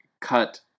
cut